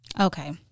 Okay